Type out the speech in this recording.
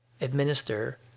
administer